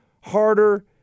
harder